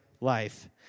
life